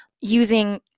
using